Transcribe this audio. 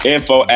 Info